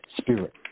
spirit